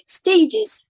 stages